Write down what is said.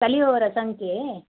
ಕಲಿಯುವವರ ಸಂಖ್ಯೆ